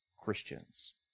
Christians